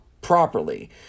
properly